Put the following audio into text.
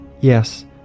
Yes